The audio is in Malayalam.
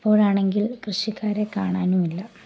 ഇപ്പോഴാണെങ്കിൽ കൃഷിക്കാരെ കാണാനുമില്ല